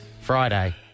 Friday